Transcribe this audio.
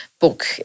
book